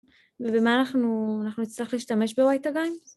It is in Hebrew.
ובמה אנחנו... אנחנו נצטרך להשתמש ב-y תגיים?